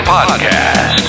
Podcast